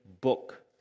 book